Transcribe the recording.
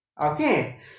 Okay